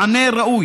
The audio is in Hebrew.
החוק.